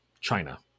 China